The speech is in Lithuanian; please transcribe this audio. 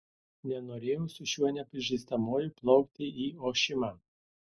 nenorėjau su šiuo nepažįstamuoju plaukti į ošimą